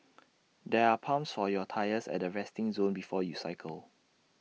there are pumps for your tyres at the resting zone before you cycle